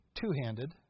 two-handed